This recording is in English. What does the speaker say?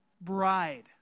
bride